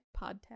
Podcast